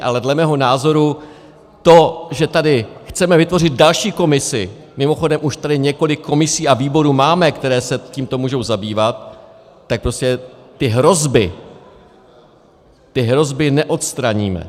Ale dle mého názoru to, že tady chceme vytvořit další komisi mimochodem, už tady několik komisí a výborů máme, které se tímto můžou zabývat tak prostě ty hrozby neodstraníme.